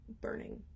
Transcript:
burning